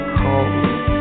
cold